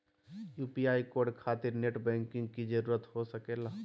UPI code खातिर net banking की जरूरत हो सके ला?